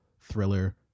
thriller